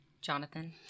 Jonathan